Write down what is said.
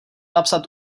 napsat